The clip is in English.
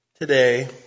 today